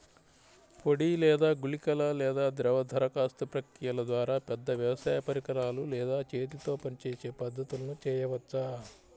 పొడి లేదా గుళికల లేదా ద్రవ దరఖాస్తు ప్రక్రియల ద్వారా, పెద్ద వ్యవసాయ పరికరాలు లేదా చేతితో పనిచేసే పద్ధతులను చేయవచ్చా?